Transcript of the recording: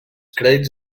crèdits